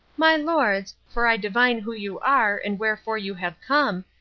my lords, for i divine who you are and wherefore you have come,